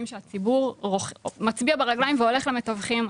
שהציבור מצביע ברגליים והולך למתווכים.